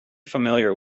familiar